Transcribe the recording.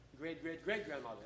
Great-great-great-grandmother